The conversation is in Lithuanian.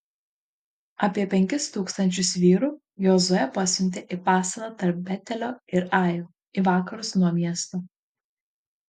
apie penkis tūkstančius vyrų jozuė pasiuntė į pasalą tarp betelio ir ajo į vakarus nuo miesto